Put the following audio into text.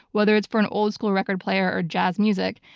whether it's for an old school record player or jazz music,